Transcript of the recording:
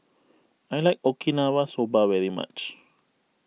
I like Okinawa Soba very much